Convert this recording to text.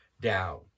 down